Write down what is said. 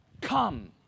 Come